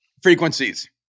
frequencies